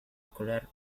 escolar